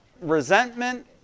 resentment